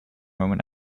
roman